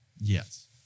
Yes